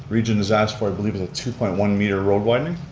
region has asked for, i believe it's a two point one meter road widening.